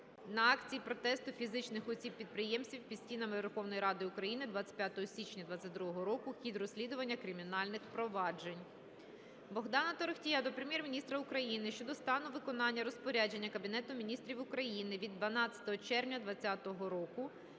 на акції протесту фізичних осіб-підприємців під стінами Верховної Ради України 25 січня 22-го року, хід розслідування кримінальних проваджень. Богдана Торохтія до Прем'єр-міністра України щодо стану виконання Розпорядження Кабінету Міністрів України від 12 серпня 20-го року